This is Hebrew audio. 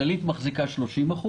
כללית מחזיקה 30%,